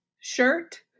shirt